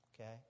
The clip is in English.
Okay